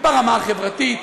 ברמה החברתית,